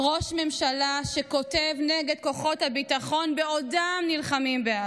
ראש ממשלה שכותב נגד כוחות הביטחון בעודם נלחמים בעזה,